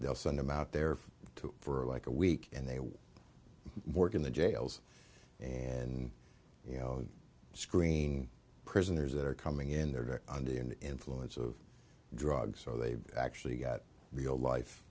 they'll send them out there for like a week and they work in the jails and you know screen prisoners that are coming in there to under the influence of drugs so they've actually got real